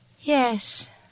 Yes